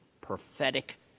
prophetic